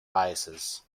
biases